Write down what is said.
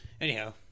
Anyhow